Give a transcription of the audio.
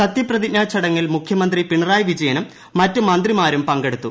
സത്യപ്പ്രിതിജ്ഞാ ചടങ്ങിൽ മുഖ്യമന്ത്രി പിണറായി വിജയനും മറ്റ് മന്ത്രിമാരും പ്രഖ്കടുത്തു